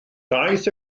daeth